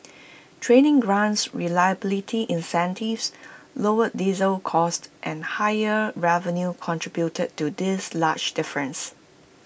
training grants reliability incentives lower diesel costs and higher revenue contributed to this large difference